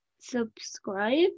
Subscribe